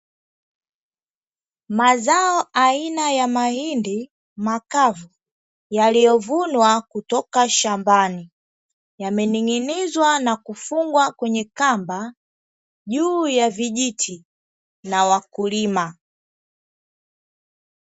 Mazao aina ya mahindi makavu, yaliyovunwa kutoka shambani yamenin’ginizwa na kufungwa kwenye kamba juu ya vijiti, na wakulima.